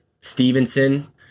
Stevenson